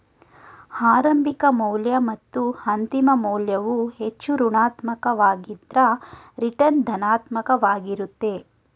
ಆರಂಭಿಕ ಮೌಲ್ಯ ಮತ್ತು ಅಂತಿಮ ಮೌಲ್ಯವು ಹೆಚ್ಚು ಋಣಾತ್ಮಕ ವಾಗಿದ್ದ್ರ ರಿಟರ್ನ್ ಧನಾತ್ಮಕ ವಾಗಿರುತ್ತೆ